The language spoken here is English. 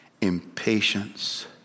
impatience